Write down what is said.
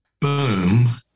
Boom